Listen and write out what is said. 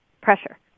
pressure